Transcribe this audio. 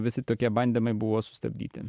visi tokie bandymai buvo sustabdyti